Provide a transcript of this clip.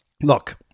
Look